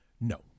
no